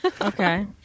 Okay